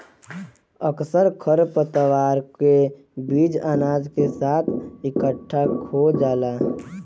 अक्सर खरपतवार के बीज अनाज के साथ इकट्ठा खो जाला